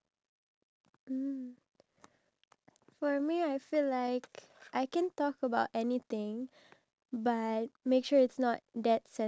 feel like I need to have that level of respect of course we can joke around but at the end of the day we need to know they are our parents as well and